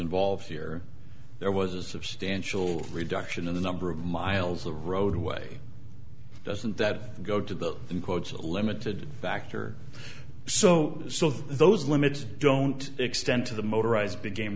involved here there was a substantial reduction in the number of miles of roadway doesn't that go to those in quotes a limited factor so so those limits don't extend to the motorized big game